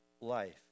life